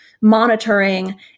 monitoring